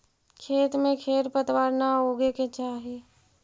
खेत में खेर पतवार न उगे के चाही